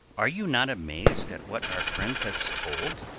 are you not amazed at what our friend has told?